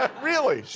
ah really?